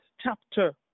chapter